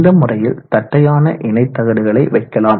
இந்த முறையில் தட்டையான இணை தகடுகளை வைக்கலாம்